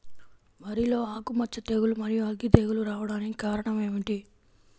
వరిలో ఆకుమచ్చ తెగులు, మరియు అగ్గి తెగులు రావడానికి కారణం ఏమిటి?